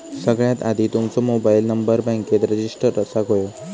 सगळ्यात आधी तुमचो मोबाईल नंबर बॅन्केत रजिस्टर असाक व्हयो